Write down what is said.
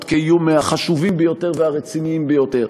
כאיום מהחשובים ביותר והרציניים ביותר.